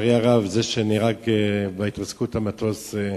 לצערי הרב, זה שנהרג בהתרסקות המטוס,